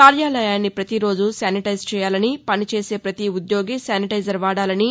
కార్యాలయాన్ని పతిరోజు శానిటైజ్ చేయాలని పనిచేసే పతి ఉద్యోగి శానిటైజర్ వాడాలని